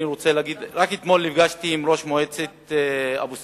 רק אתמול נפגשתי עם ראש מועצת אבו-סנאן,